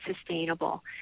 sustainable